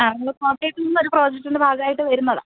ആ ഞങ്ങൾ കോട്ടയത്തുനിന്നൊരു പ്രോജക്റ്റിന്റെ ഭാഗമായിട്ടു വരുന്നതാണ്